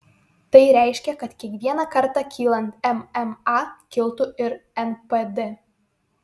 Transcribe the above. tai reiškia kad kiekvieną kartą kylant mma kiltų ir npd